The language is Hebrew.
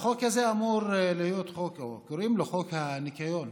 החוק הזה אמור להיות, קוראים לו "חוק הניקיון",